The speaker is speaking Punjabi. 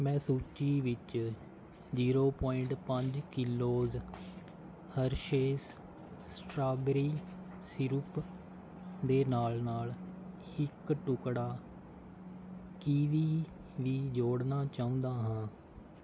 ਮੈਂ ਸੂਚੀ ਵਿੱਚ ਜ਼ੀਰੋ ਪੁਆਇੰਟ ਪੰਜ ਕਿਲੋਜ਼ ਹਰਸ਼ੇਸ ਸਟ੍ਰਾਬੇਰੀ ਸਿਰੁਪ ਦੇ ਨਾਲ ਨਾਲ ਇੱਕ ਟੁਕੜਾ ਕਿਵੀ ਵੀ ਜੋੜਨਾ ਚਾਹੁੰਦਾ ਹਾਂ